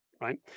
right